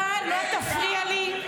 אתה לא תפריע לי,